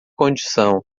condição